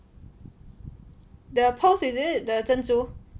there are pearls is it the 珍珠